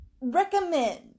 Recommend